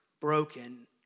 broken